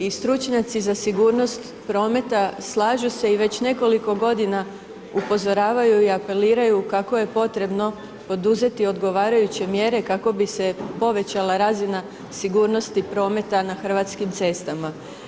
I stručnjaci za sigurnost prometa slažu se i već nekoliko godina upozoravaju i apeliraju kako je potrebno poduzeti odgovarajuće mjere kako bi se povećala razina sigurnosti prometa na hrvatskim cestama.